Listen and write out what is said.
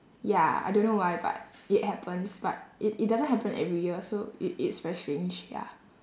ya I don't know why but it happens but it it doesn't happen every year so it is very strange ya